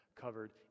covered